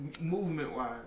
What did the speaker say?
Movement-wise